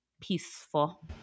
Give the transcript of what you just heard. Peaceful